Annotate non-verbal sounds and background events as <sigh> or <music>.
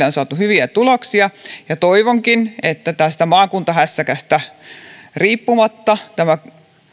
<unintelligible> on saatu hyviä tuloksia toivonkin että maakuntahässäkästä riippumatta tämä